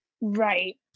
right